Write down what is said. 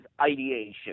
ideation